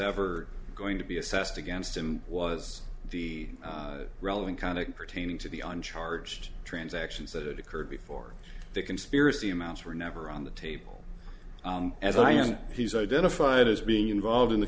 ever going to be assessed against him was the relevant conduct pertaining to the on charged transactions that had occurred before the conspiracy amounts were never on the table as i and he's identified as being involved in the